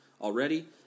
already